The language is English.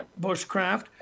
Bushcraft